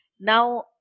Now